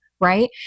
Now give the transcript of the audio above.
Right